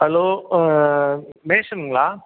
hello மேன்சனுங்களா